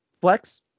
flex